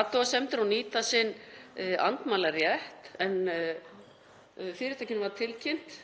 athugasemdir og nýta sinn andmælarétt. Fyrirtækinu var tilkynnt